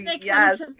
yes